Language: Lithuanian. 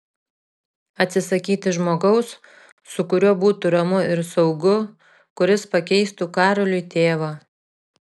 atsisakyti žmogaus su kuriuo būtų ramu ir saugu kuris pakeistų karoliui tėvą